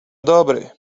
dobry